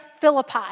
Philippi